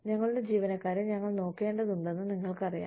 ഞങ്ങളുടെ ജീവനക്കാരെ ഞങ്ങൾ നോക്കേണ്ടതുണ്ടെന്ന് നിങ്ങൾക്കറിയാം